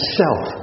self